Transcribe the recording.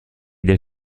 del